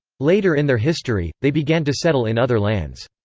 later in their history, they began to settle in other lands.